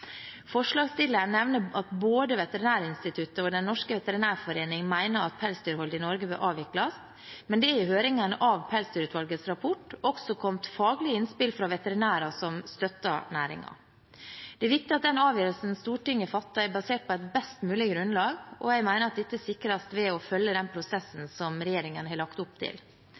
Forslagsstilleren nevner at både Veterinærinstituttet og Den norske veterinærforening mener at pelsdyrholdet i Norge bør avvikles, men det er i høringen av Pelsdyrutvalgets rapport også kommet faglige innspill fra veterinærer som støtter næringen. Det er viktig at den avgjørelsen Stortinget fatter, er basert på et best mulig grunnlag, og jeg mener at dette sikres ved å følge den prosessen